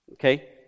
Okay